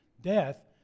death